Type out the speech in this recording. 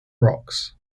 rocks